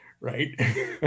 right